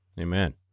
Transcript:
Amen